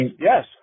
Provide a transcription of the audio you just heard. Yes